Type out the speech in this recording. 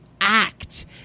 act